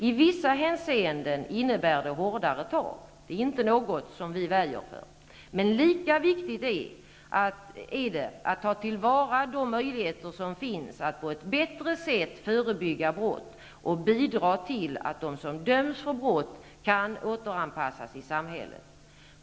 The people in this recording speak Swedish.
I vissa hänseenden innebär det hårdare tag. Det är inte något som vi väjer för. Men lika viktigt är det att ta tillvara de möjligheter som finns att på ett bättre sätt förebygga brott och bidra till att de som döms för brott kan återanpassas i samhället.